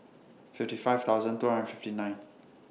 fifty five thousand two hundred fifty nine